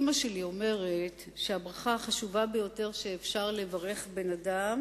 אמא שלי אומרת שהברכה החשובה ביותר שאפשר לברך בן-אדם